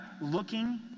looking